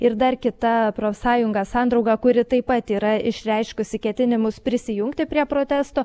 ir dar kita profsąjunga sandrauga kuri taip pat yra išreiškusi ketinimus prisijungti prie protesto